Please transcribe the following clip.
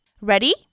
Ready